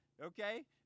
okay